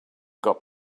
got